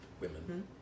women